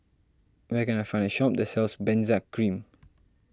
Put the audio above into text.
where can I find a shop that sells Benzac Cream